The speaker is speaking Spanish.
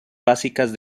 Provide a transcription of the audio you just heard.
básicas